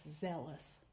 zealous